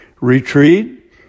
retreat